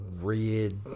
red